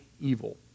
evil